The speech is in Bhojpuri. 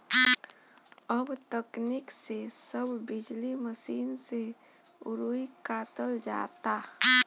अब तकनीक से सब बिजली मसीन से रुई कातल जाता